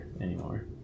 anymore